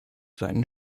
seinen